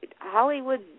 Hollywood